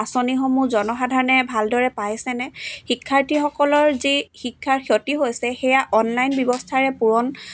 আঁচনিসমূহ জনসাধাৰণে ভালদৰে পাইছেনে শিক্ষাৰ্থীসকলৰ যি শিক্ষাৰ ক্ষতি হৈছে সেয়া অনলাইন ব্যৱস্থাৰে পূৰণ